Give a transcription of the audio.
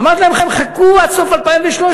אמרתי להם, חכו עד סוף 2013,